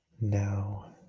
Now